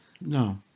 no